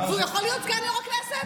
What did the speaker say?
הוא יכול להיות סגן יו"ר הכנסת?